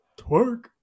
Twerk